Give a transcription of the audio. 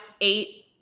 eight